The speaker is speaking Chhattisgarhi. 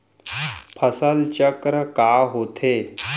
फसल चक्र का होथे?